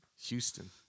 Houston